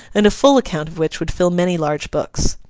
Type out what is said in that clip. and a full account of which would fill many large books.